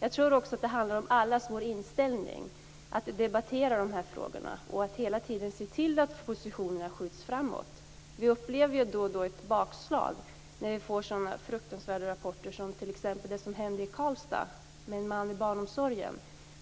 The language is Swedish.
Jag tror också att det handlar om allas vår inställning till att debattera dessa frågor och att hela tiden se till att positionerna skjuts framåt. Vi upplever ju då och då bakslag, när vi får sådana fruktansvärda rapporter som t.ex. om det som hände i Karlstad med en man i barnomsorgen.